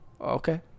Okay